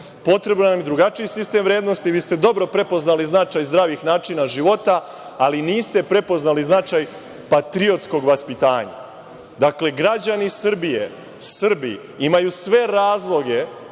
Potreban nam je drugačiji sistem vrednosti. Vi ste dobro prepoznali značaj zdravih načina života, ali niste prepoznali značaj patriotskog vaspitanja. Dakle, građani Srbije, Srbi imaju sve razloge